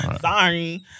Sorry